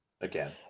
again